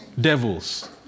Devils